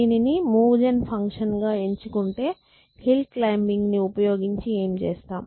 దీనిని move gen function గా ఎంచుకుంటే హిల్ క్లైమ్బింగ్ ని ఉపయోగించి ఏమి చేస్తాం